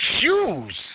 shoes